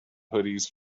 hoodies